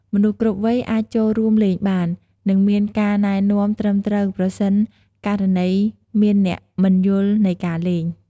មនុស្សគ្រប់វ័យអាចចូលរួមលេងបាន និងមានការណែនាំត្រឹមត្រូវប្រសិនករណីមានអ្នកមិនយល់នៃការលេង។